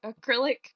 acrylic